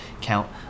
count